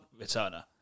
returner